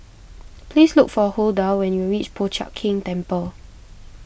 please look for Hulda when you reach Po Chiak Keng Temple